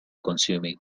consuming